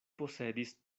posedis